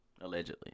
Allegedly